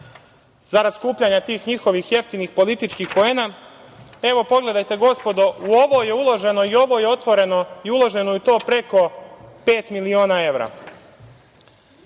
zarad skupljanja tih njihovih jeftinih političkih poena. Evo, pogledajte gospodo, u ovo je uloženo i ovo je otvoreno preko pet miliona